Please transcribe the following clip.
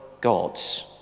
gods